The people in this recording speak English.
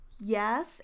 Yes